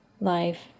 Life